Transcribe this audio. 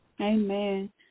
Amen